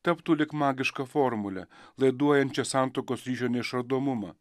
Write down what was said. taptų lyg magiška formulė laiduojančia santuokos ryšio neišardomumą